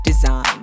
design